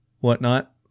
whatnot